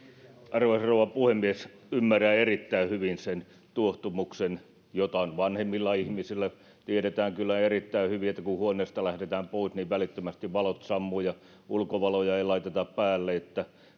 arvoisa rouva puhemies ymmärrän erittäin hyvin sen tuohtumuksen jota on vanhemmilla ihmisillä tiedetään kyllä erittäin hyvin että kun huoneesta lähdetään pois niin välittömästi valot sammuvat ja ulkovaloja ei laiteta päälle että